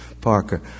Parker